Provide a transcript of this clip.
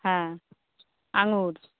হ্যাঁ আঙুর